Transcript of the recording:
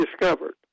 discovered